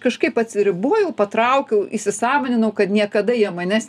kažkaip atsiribojau patraukiau įsisąmoninau kad niekada jie manęs